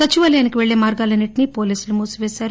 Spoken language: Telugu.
సచివాలయానికిపెళ్లే మార్గాలన్ని ంటినీ పోలీసులు మూసిపేస్తారు